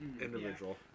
individual